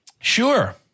Sure